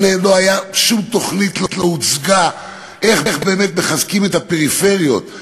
שום תוכנית לא הוצגה איך באמת מחזקים את הפריפריות,